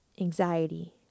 anxiety